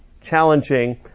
challenging